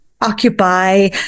occupy